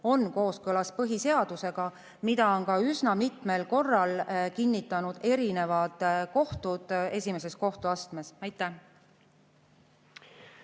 on kooskõlas põhiseadusega. Seda on üsna mitmel korral kinnitanud erinevad kohtud esimeses kohtuastmes. Aitäh